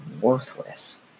worthless